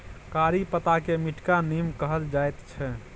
करी पत्ताकेँ मीठका नीम कहल जाइत छै